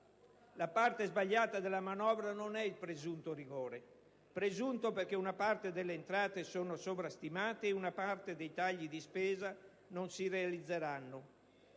la parte sbagliata della manovra non è il presunto rigore. Presunto, perché una parte delle entrate sono sovrastimate e una parte dei tagli di spesa non si realizzeranno.